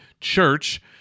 Church